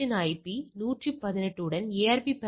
எனவே நீங்கள் இங்கே பார்க்க முடிவதுபோல் நான் 3